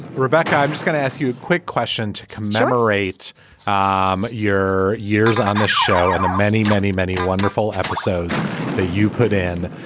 rebecca i'm just gonna ask you a quick question to commemorate um your years on this show and the many many many wonderful episodes that you put in